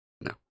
no